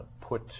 put